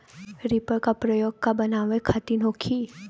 Reaper का प्रयोग का बनावे खातिन होखि?